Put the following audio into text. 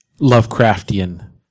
Lovecraftian